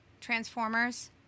transformers